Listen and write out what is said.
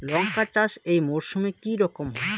লঙ্কা চাষ এই মরসুমে কি রকম হয়?